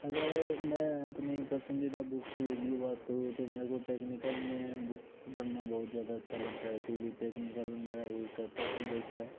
अगर मैं अपनी पसंदीदा बुक सीरीज की बात करूँ तो मेरे को टेक्निकल में बुक्स पढ़ना बहुत ज़्यादा अच्छा लगता है क्योंकी टेक्निकल मेरा एक अच्छा सब्जेक्ट है